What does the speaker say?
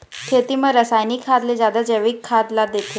खेती म रसायनिक खाद ले जादा जैविक खाद ला देथे